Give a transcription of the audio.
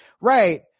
right